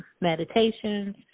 meditations